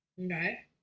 okay